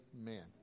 amen